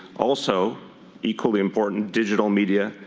also equally important digital media,